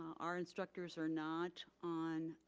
our instructors are not on,